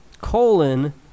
colon